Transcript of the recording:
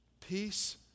peace